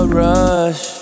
rush